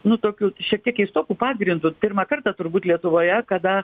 nu tokiu šiek tiek keistoku pagrindu pirmą kartą turbūt lietuvoje kada